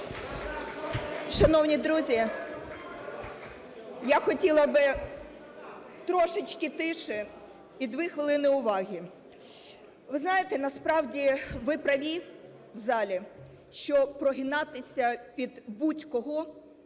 Шановні друзі, я хотіла би трошечки тихіше і дві хвилини уваги. Ви знаєте, насправді, ви праві в залі, що прогинатися під будь-кого